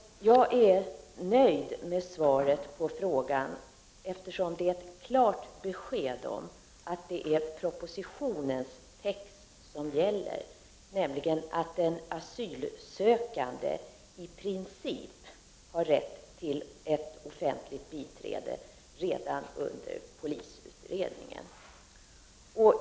Jag är nöjd med svaret på frågan eftersom det ger ett klart besked om att det är propositionens text som gäller, nämligen att en asylsökande i princip har rätt till ett offentligt biträde redan under polisutredningen.